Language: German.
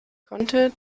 konnte